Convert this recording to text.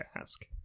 ask